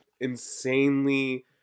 insanely